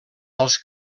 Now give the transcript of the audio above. alts